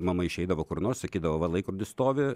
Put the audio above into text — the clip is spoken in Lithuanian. mama išeidavo kur nors sakydavo va laikrodis stovi